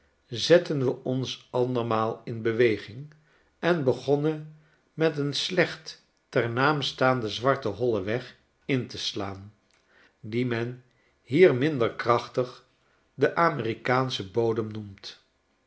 zetten we ons andermaal in beweging en begonnen met een slecht ter naam staanden zwarten hollen weg in te slaan die men hier minder krachtig den amerikaanschen bodem noemt